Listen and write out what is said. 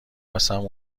واسمون